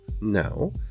No